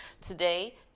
Today